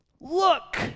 look